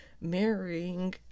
marrying